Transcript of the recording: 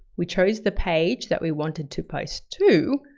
we chose the page that we wanted to post to,